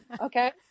okay